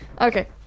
Okay